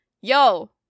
yo